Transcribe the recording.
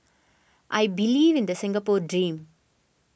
I believe in the Singapore dream